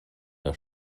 der